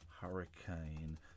Hurricane